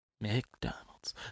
McDonald's